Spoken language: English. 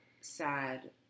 sad